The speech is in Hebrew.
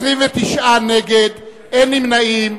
29 נגד, אין נמנעים.